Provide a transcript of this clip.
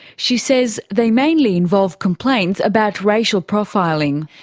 she says they mainly involve complaints about racial profiling.